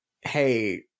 hey